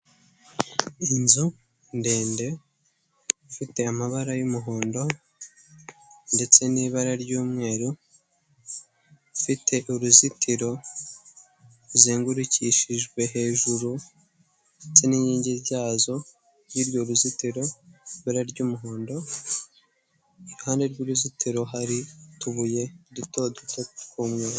Inzu ndende ifite amabara y'umuhondo, ndetse n'ibara ry'umweru, ifite uruzitiro ruzengurukishijwe hejuru, ndetse n'inkingi ryazo, hirya uruzitiro, ibara ry'umuhondo, iruhande rw'uruzitiro hari utubuye duto duto tw'umweru.